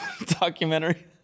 documentary